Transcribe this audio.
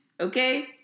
okay